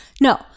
No